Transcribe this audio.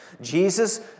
Jesus